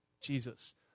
Jesus